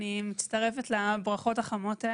אני מצטרפת לברכות החמות.